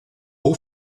haut